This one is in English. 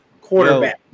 quarterback